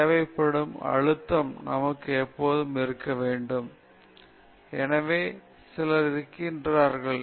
எனவே நல்ல அழுத்தம் என்று ஏதாவது உள்ளது உங்களில் சிலர் இதைப் பற்றிய செய்தி இருக்கலாம் உங்களுக்கும் நல்ல மன அழுத்தம் மற்றும் கெட்ட அழுத்தம் இருக்கிறது